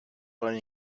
para